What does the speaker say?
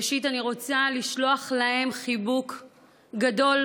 ראשית, אני רוצה לשלוח להם חיבוק גדול,